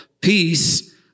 peace